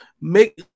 make